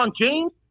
James